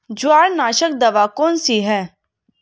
जवारनाशक दवा कौन सी है?